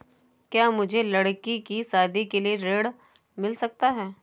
क्या मुझे लडकी की शादी के लिए ऋण मिल सकता है?